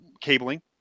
cabling